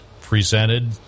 presented